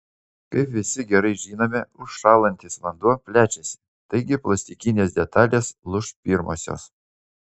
kaip visi gerai žinome užšąlantis vanduo plečiasi taigi plastikinės detalės lūš pirmosios